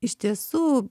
iš tiesų